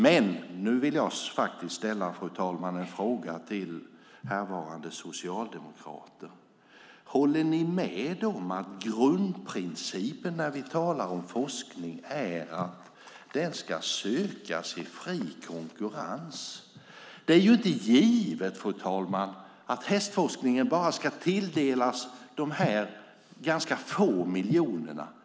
Men, fru talman, nu vill jag faktiskt ställa en fråga till härvarande socialdemokrater. Håller ni med om att grundprincipen när vi talar om forskning är att medel ska sökas i fri konkurrens? Det är inte givet att hästforskningen ska tilldelas bara dessa ganska få miljoner.